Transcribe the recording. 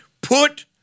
put